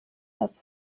das